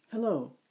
Hello